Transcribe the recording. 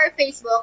Facebook